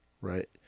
right